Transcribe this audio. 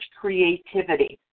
creativity